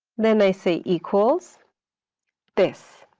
then i say equals this.